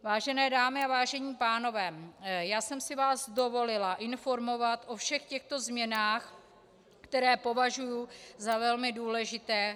Vážené dámy a vážení pánové, já jsem si vás dovolila informovat o všech těchto změnách, které považuji za velmi důležité.